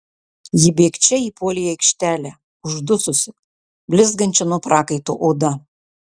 ji bėgčia įpuolė į aikštelę uždususi blizgančia nuo prakaito oda